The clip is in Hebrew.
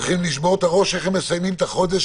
צריכים לשבור את הראש איך הם מסיימים את החודש,